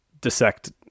dissect